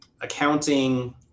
accounting